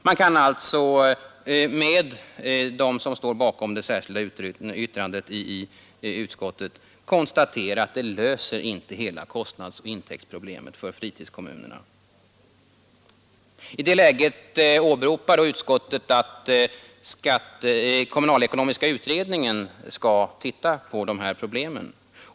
Man kan med dem som står bakom det särskilda yttrandet konstatera att det nya systemet inte löser hela kostnadsoch intäktsproblemet för fritidskommunerna. I det läget åberopar utskottet att kommunalekonomiska utredningen skall titta på de här problemen.